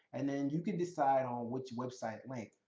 and then you can decide on which website link.